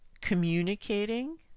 communicating